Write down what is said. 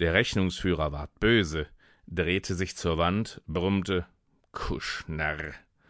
der rechnungsführer ward böse drehte sich zur wand brummte